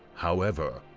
however,